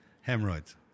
Hemorrhoids